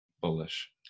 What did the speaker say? bullish